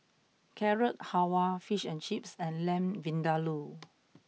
Carrot Halwa Fish and Chips and Lamb Vindaloo